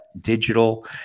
digital